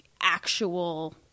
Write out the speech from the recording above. actual